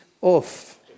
off